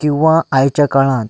किंवा आयच्या काळांत